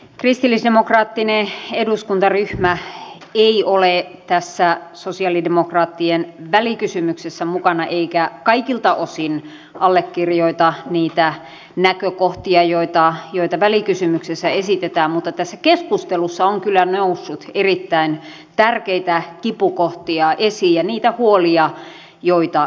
kristillisdemokraattinen eduskuntaryhmä ei ole tässä sosialidemokraattien välikysymyksessä mukana eikä kaikilta osin allekirjoita niitä näkökohtia joita välikysymyksessä esitetään mutta tässä keskustelussa on kyllä noussut erittäin tärkeitä kipukohtia esiin ja niitä huolia joita jaamme